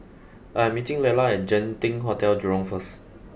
I'm meeting Lela at Genting Hotel Jurong first